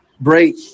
break